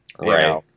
Right